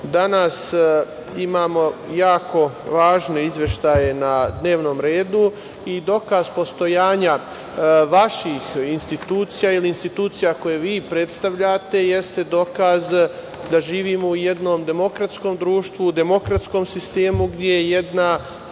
danas imamo jako važne izveštaje na dnevnom redu. Dokaz postojanja vaših institucija ili institucija koje vi predstavljate jeste dokaz da živimo u jednom demokratskom društvu, demokratskom sistemu, koji se,